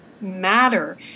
matter